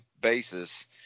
basis